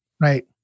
Right